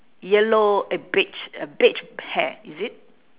yellow uh beige beige pair is it